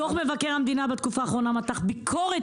דוח מבקר המדינה בתקופה האחרונה מתח ביקורת